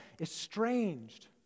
estranged